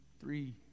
three